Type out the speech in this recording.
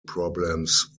problems